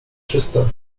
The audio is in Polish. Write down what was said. czyste